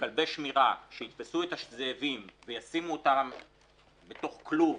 כלבי שמירה שיתפסו את הזאבים וישימו אותם בתוך כלוב